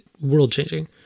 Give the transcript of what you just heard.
World-changing